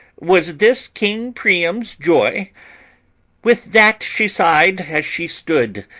was this king priam's joy with that she sighed as she stood,